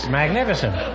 magnificent